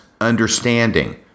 understanding